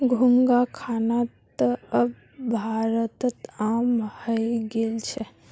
घोंघा खाना त अब भारतत आम हइ गेल छ